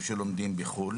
לסטודנטים שלומדים בחו"ל,